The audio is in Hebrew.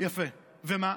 יפה, ומה?